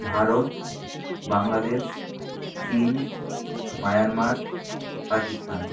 ভারত বাংলাদেশ চীন মায়ানমার পাকিস্তান